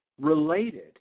related